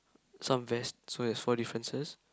some vest so there is four differences